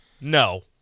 No